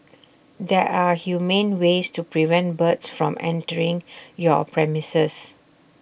there are humane ways to prevent birds from entering your premises